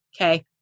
Okay